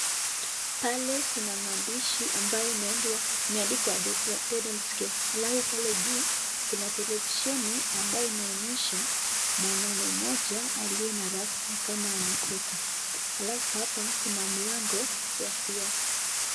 Pale kuna madishi ambayo imeandikwa Dentalcare alafu pale juu kuna televisheni ambayo inaonyesha mwanaume mmoja aliye na rasta kama anacheka alafu happa kuna mlango ya kioo.